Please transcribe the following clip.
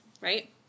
right